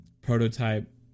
prototype